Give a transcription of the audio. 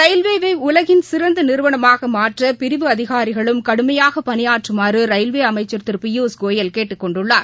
ரயில்வேயை உலகின் சிறந்த நிறுவனமாக மாற்ற பிரிவு அதிகாரிகளும் கடுமையாக பணியாற்றுமாறு ரயில்வே அமைச்சர் திரு பியூஷ் கோயல் கேட்டுக் கொண்டுள்ளார்